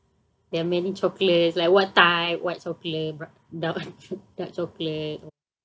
there are many chocolates like what type white chocolate d~ dark dark chocolate